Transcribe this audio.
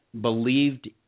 believed